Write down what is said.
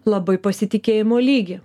labai pasitikėjimo lygį